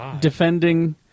defending